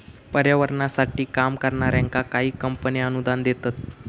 पर्यावरणासाठी काम करणाऱ्यांका काही कंपने अनुदान देतत